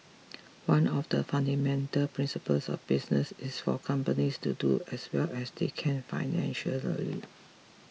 one of the fundamental principles of business is for companies to do as well as they can financially